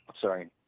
sorry